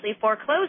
foreclosed